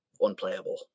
unplayable